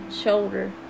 shoulder